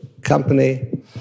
company